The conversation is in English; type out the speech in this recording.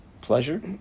pleasure